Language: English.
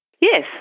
Yes